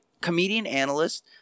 comedian-analyst